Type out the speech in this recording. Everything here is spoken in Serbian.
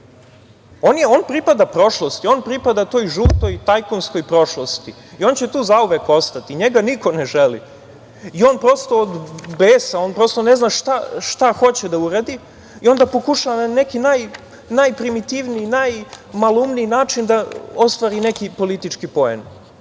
On pripada prošlosti. On pripada toj žutoj tajkunskoj prošlosti i on će tu zauvek ostati. Njega niko ne želi. On prosto od besa ne zna šta hoće da uradi i onda pokušava na neki najprimitivniji, najmaloumniji način da ostvari neki politički poen,